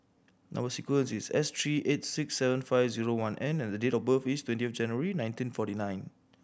number sequence is S three eight six seven five zero one N and the date of birth is twentieth January nineteen forty nine